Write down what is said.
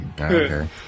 Okay